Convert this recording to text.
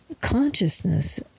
consciousness